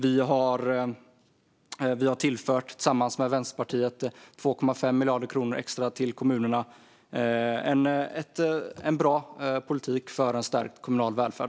Vi har tillsammans med Vänsterpartiet tillfört 2,5 miljarder extra till kommunerna. Det är en bra politik för stärkt kommunal välfärd.